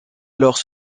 alors